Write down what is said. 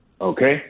Okay